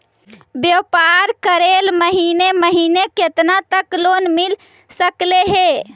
व्यापार करेल महिने महिने केतना तक लोन मिल सकले हे?